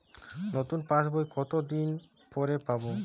নতুন পাশ বই কত দিন পরে পাবো?